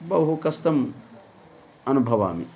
बहु कष्टम् अनुभवामि